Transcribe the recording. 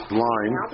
line